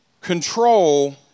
control